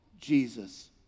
Jesus